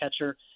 catcher